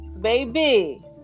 baby